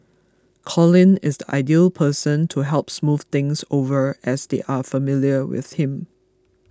Colin is the ideal person to help smooth things over as they are familiar with him